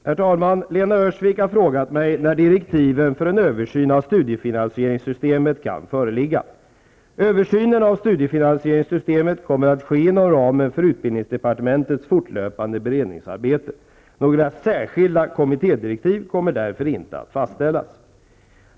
Herr talman! Lena Öhrsvik har frågat mig när direktiven för översyn av studiefinansieringssystemet kan föreliggea. Översynen av studiefinansieringssystemet kommer att ske inom ramen för utbildningsdepartementets fortlöpande beredningsarbete. Några särskilda kommittédirektiv kommer därför inte att fastställas.